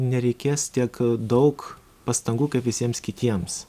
nereikės tiek daug pastangų kaip visiems kitiems